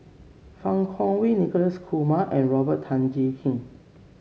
Fang Kuo Wei Nicholas Kumar and Robert Tan Jee Keng